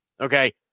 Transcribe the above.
Okay